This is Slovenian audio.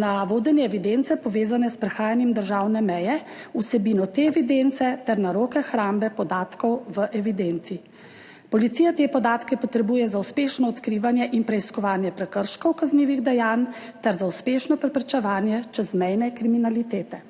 na vodenje evidence, povezane s prehajanjem državne meje, vsebino te evidence ter na roke hrambe podatkov v evidenci. Policija te podatke potrebuje za uspešno odkrivanje in preiskovanje prekrškov, kaznivih dejanj ter za uspešno preprečevanje čezmejne kriminalitete.